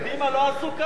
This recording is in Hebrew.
קדימה לא עשו ככה?